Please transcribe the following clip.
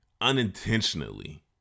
unintentionally